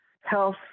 health